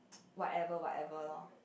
whatever whatever loh